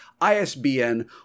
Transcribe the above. ISBN